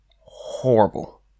horrible